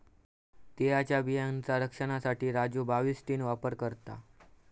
तिळाच्या बियांचा रक्षनासाठी राजू बाविस्टीन वापर करता